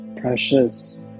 precious